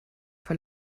vor